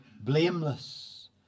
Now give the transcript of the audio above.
blameless